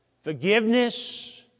forgiveness